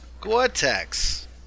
Gore-Tex